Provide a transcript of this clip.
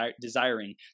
desiring